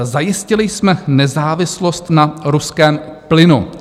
Zajistili jsme nezávislost na ruském plynu.